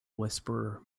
whisperer